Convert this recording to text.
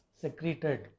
secreted